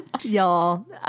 Y'all